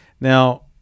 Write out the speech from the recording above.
Now